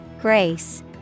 Grace